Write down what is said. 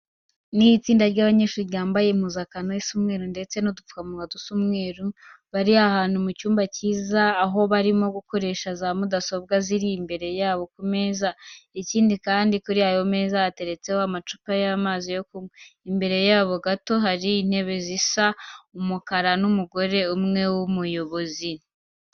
Ni itsinda ry'abanyeshuri bambaye impuzankano isa umweru ndetse n'udupfukamunwa dusa umweru. Bari ahantu mu cyumba cyiza, aho barimo gukoresha za mudasobwa ziri imbere yabo ku meza. Ikindi kandi, kuri ayo meza hateretseho amacupa y'amazi yo kunywa, imbere yabo gato hari intebe zisa umukara n'umugore umwe w'umuyobozi.